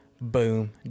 Boom